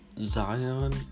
Zion